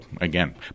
again